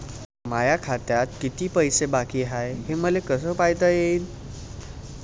माया खात्यात किती पैसे बाकी हाय, हे मले कस पायता येईन?